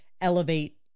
elevate